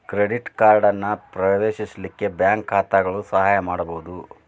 credit ಅನ್ನ ಪ್ರವೇಶಿಸಲಿಕ್ಕೆ bank ಖಾತಾಗಳು ಸಹಾಯ ಮಾಡ್ಬಹುದು